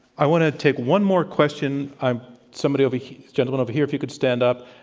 i want to take one more question. i somebody over this gentleman over here, if you could stand up,